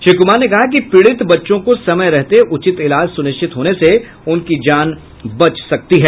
श्री कुमार ने कहा कि पीड़ित बच्चों को समय रहते उचित इलाज सुनिश्चित होने से उनकी जान बच सकती है